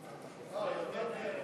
אה, ירדה, כן.